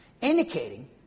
Indicating